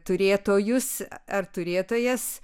turėtojus ar turėtojas